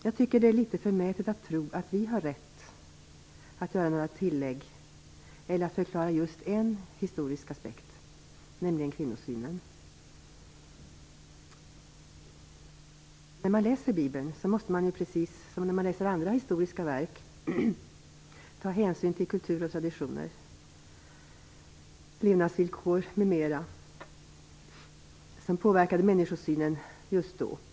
Jag tycker att det är litet förmätet att tro att vi har rätt att göra tillägg eller förklara just en historisk aspekt, nämligen kvinnosynen. När man läser Bibeln måste man precis som när man läser andra historiska verk ta hänsyn till kultur och traditioner, levnadsvillkor m.m. som påverkade människosynen just då den skrevs.